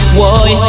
boy